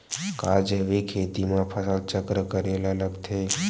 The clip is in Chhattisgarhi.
का जैविक खेती म फसल चक्र करे ल लगथे?